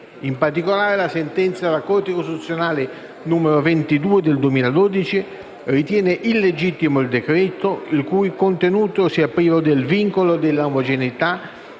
In particolare, la sentenza della Corte costituzionale n. 22 del 2012 ritiene illegittimo il decreto-legge il cui contenuto sia privo del vincolo della omogeneità